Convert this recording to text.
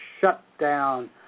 shutdown